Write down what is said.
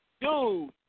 dude